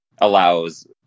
allows